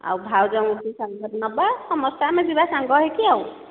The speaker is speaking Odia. ଆଉ ଭାଉଜଙ୍କୁ ସାଙ୍ଗରେ ନେବା ସମସ୍ତେ ଆମେ ଯିବା ସାଙ୍ଗ ହୋଇକି ଆଉ